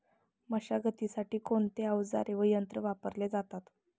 मशागतीसाठी कोणते अवजारे व यंत्र वापरले जातात?